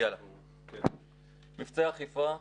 מבצעי אכיפה.